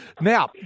Now